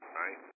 right